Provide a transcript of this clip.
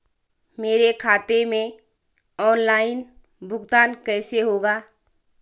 मेरे खाते में ऑनलाइन भुगतान कैसे होगा?